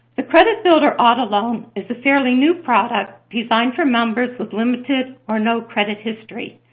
the credit builder auto loan is a fairly new product designed for members with limited or no credit history,